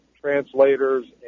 translators